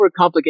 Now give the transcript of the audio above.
overcomplicate